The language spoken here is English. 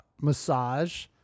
massage